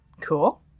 cool